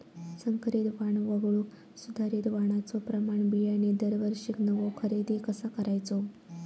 संकरित वाण वगळुक सुधारित वाणाचो प्रमाण बियाणे दरवर्षीक नवो खरेदी कसा करायचो?